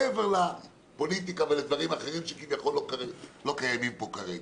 מעבר לפוליטיקה ולדברים אחרים שכביכול לא קיימים פה כרגע,